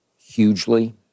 hugely